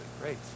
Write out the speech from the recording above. Great